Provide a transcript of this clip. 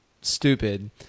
stupid